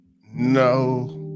No